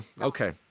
okay